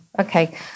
okay